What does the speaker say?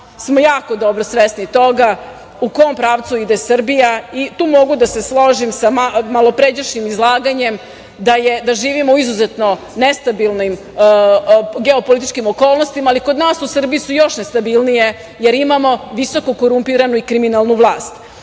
smo jako dobro svesni toga u kom pravcu ide Srbije, i tu mogu da se složim sa malopređašnjim izlaganjem, da živimo u izuzetno nestabilnim geopolitičkim okolnostima, ali kod nas u Srbiji su još nestabilnije, jer imamo visoko korumpiranu i kriminalnu